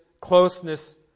closeness